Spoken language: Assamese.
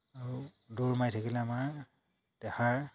আৰু দৌৰ মাৰি থাকিলে আমাৰ দেহাৰ